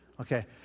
Okay